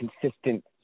consistent